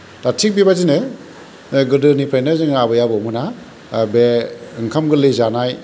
दा थिक बेबायदिनो गोदोनिफ्रायनो जोंनि आबै आबौमोना बे ओंखाम गोरलै जानाय